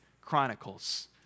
Chronicles